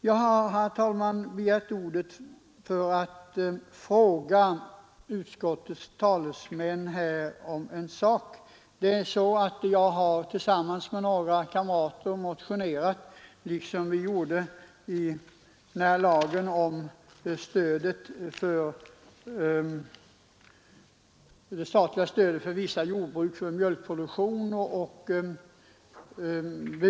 Jag har, herr talman, begärt ordet för att fråga utskottets talesmän om en sak. Jag har tillsammans med några kamrater väckt en motion liksom vi gjorde förra året när riksdagen fattade sitt beslut om stöd till vissa jordbruk med mjölkproduktion.